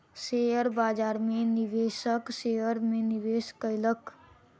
share बाजार में निवेशक शेयर में निवेश कयलक